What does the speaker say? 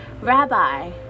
Rabbi